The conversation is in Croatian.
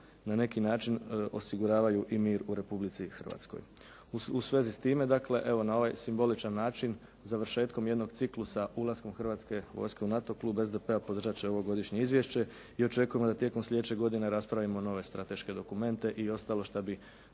na neki način osiguravaju i mir u Republici Hrvatskoj. U svezi s time, dakle evo na ovaj simboličan način završetkom jednog ciklusa, ulaskom Hrvatske vojske u NATO, klub SDP-a podržati će ovogodišnje izvješće i očekujemo da tijekom sljedeće godine raspravimo nove strateške dokumente i ostalo što bi